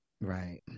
Right